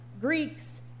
Greeks